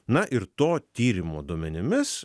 na ir to tyrimo duomenimis